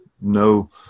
no